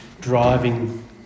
driving